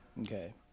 Okay